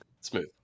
smooth